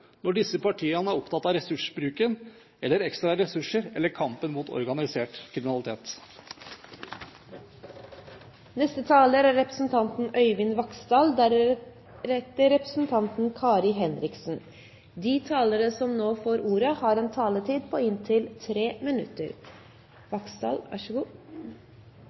når disse partiene er opptatt av ressursbruken, ekstra ressurser eller kampen mot organisert kriminalitet. De talere som heretter får ordet, har en taletid på inntil 3 minutter.